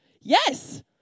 Yes